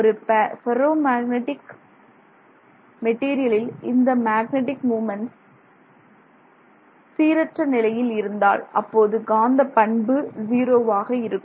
ஒரு ஃபெர்ரோமேக்னெட்டிக் மெட்டீரியலில் இந்த மேக்னடிக் மூமென்ட்ஸ் சீரற்ற நிலையில் இருந்தால் அப்போது காந்த பண்பு ஜீரோவாக இருக்கும்